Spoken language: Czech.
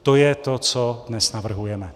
To je to, co dnes navrhujeme.